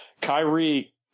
Kyrie